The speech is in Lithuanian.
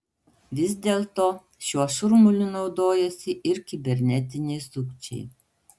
vis dėlto šiuo šurmuliu naudojasi ir kibernetiniai sukčiai